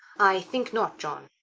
i think not, john.